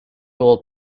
old